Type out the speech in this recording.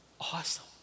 Awesome